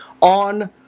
on